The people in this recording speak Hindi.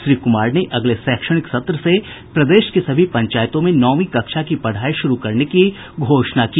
श्री कुमार ने अगले शैक्षणिक सत्र से प्रदेश के सभी पंचायतों में नौवीं कक्षा की पढ़ाई शुरू करने की घोषणा की